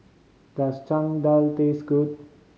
does Dal taste good